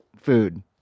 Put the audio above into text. food